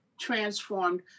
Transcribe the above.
transformed